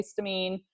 histamine